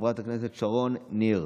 חברת הכנסת שרון ניר,